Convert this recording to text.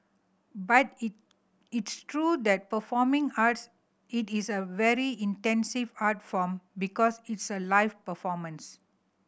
but it it's true that performing arts it is a very intensive art form because it's a live performance